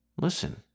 Listen